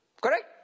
Correct